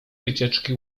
wycieczki